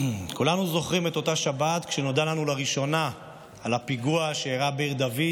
כולנו זוכרים את אותה שבת כשנודע לנו לראשונה על הפיגוע שאירע בעיר דוד,